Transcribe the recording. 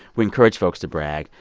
we encourage folks to brag.